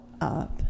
up